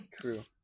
true